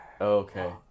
okay